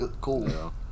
cool